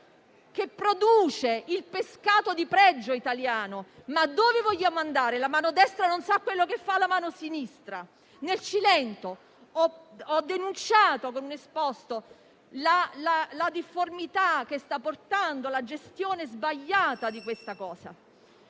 che produce il pescato di pregio italiano. Ma dove vogliamo andare? La mano destra non sa quello che fa la mano sinistra. Nel Cilento ho denunciato con un esposto la difformità che sta portando la gestione sbagliata di tale